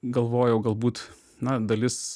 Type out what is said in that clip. galvojau galbūt na dalis